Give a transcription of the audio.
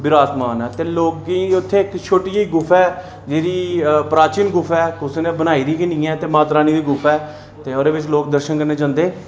विराजमान ऐ लोकें ई उत्थै इक छोटी जेही गुफा ऐ जेह्ड़ी प्राचीन गुफा कुसै नै बनाई दी निं ऐ जेह्दे बिच लोक दर्शन करन जंदे